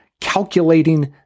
calculating